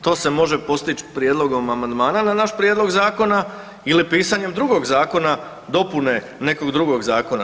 To se može postići prijedlogom amandmana na naš Prijedlog zakona ili pisanjem drugog zakona dopune nekog drugog zakona.